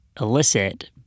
illicit